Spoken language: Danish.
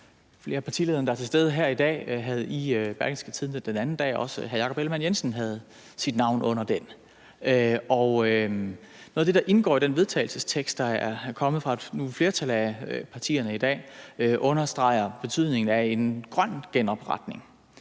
flere af partilederne, der er til stede her i dag, havde i Berlingske den anden dag – også hr. Jakob Ellemann-Jensen havde sit navn under den – og noget af det, der indgår i det forslag til vedtagelse, der nu er kommet fra et flertal af partierne i dag, understreger betydningen af en grøn genopretning.